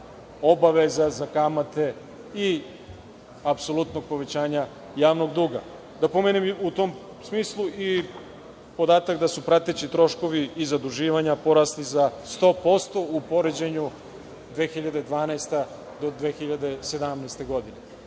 obaveza za kamate i apsolutnog povećanja javnog duga. Da pomenem u tom smislu i podatak da su prateći troškovi i zaduživanja porasli za 100% u poređenju 2012. – 2017. godina.